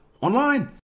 online